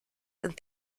and